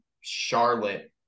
Charlotte